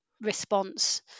response